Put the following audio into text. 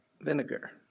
vinegar